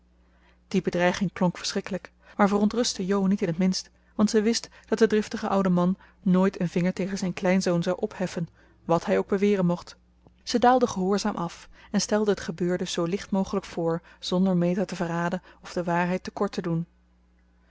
die bedreiging klonk verschrikkelijk maar verontrustte jo niet in t minst want zij wist dat de driftige oude man nooit een vinger tegen zijn kleinzoon zou opheffen wat hij ook beweren mocht ze daalde gehoorzaam af en stelde het gebeurde zoo licht mogelijk voor zonder meta te verraden of de waarheid te kort te doen